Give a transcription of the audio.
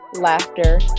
laughter